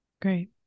Great